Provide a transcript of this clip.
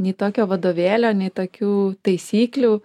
nei tokio vadovėlio nei tokių taisyklių